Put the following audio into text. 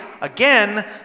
again